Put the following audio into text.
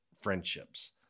friendships